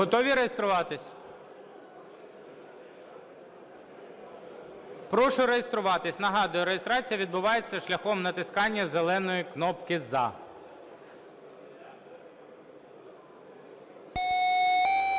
Готові реєструватись? Прошу реєструватись. Нагадую, реєстрація відбувається шляхом натискання зеленої кнопки "за".